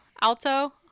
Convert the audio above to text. Alto